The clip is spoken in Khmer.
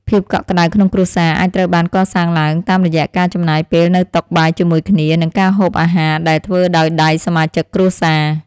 ភាពកក់ក្តៅក្នុងគ្រួសារអាចត្រូវបានកសាងឡើងតាមរយៈការចំណាយពេលនៅតុបាយជាមួយគ្នា និងការហូបអាហារដែលធ្វើដោយដៃសមាជិកគ្រួសារ។